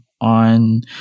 on